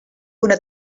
una